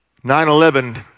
9-11